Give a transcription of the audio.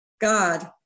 God